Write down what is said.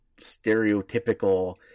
stereotypical